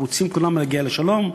כולם רוצים להגיע לשלום,